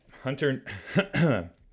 Hunter